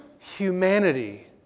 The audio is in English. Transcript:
humanity